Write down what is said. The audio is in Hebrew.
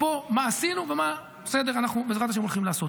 פה, מה עשינו ומה אנחנו בעזרת השם הולכים לעשות.